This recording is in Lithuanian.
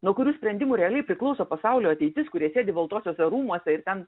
nuo kurių sprendimų realiai priklauso pasaulio ateitis kurie sėdi baltuosiuose rūmuose ir ten